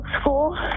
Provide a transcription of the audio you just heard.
School